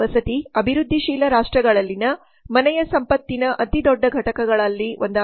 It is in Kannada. ವಸತಿ ಅಭಿವೃದ್ಧಿಶೀಲ ರಾಷ್ಟ್ರಗಳಲ್ಲಿನ ಮನೆಯ ಸಂಪತ್ತಿನ ಅತಿದೊಡ್ಡ ಘಟಕಗಳಲ್ಲಿ ಒಂದಾಗಿದೆ